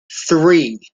three